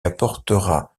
apportera